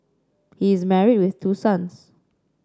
he is married with two sons